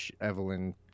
Evelyn